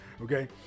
okay